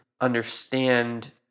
understand